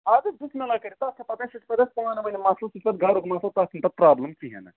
اَدٕ بسمہ اللہ کٔرِتھ تتھ چھا پتہٕ یِتھٕ پٲٹھۍ اَسہِ پانہٕ وٲنۍ مَسلہٕ سُہ چھُ پَتہٕ گَرُک مَسلہ تَتھ چھِ نہٕ پتہٕ پرٛابلم کِہیٖنۍ نہٕ